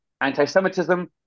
anti-Semitism